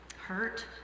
hurt